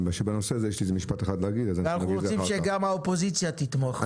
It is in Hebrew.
אנחנו רוצים שגם האופוזיציה תתמוך.